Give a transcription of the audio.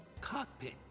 cockpit